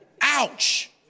Ouch